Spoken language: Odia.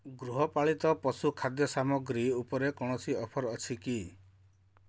ଗୃହପାଳିତ ପଶୁ ଖାଦ୍ୟସାମଗ୍ରୀ ଉପରେ କୌଣସି ଅଫର୍ ଅଛି କି